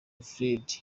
fred